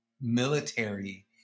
military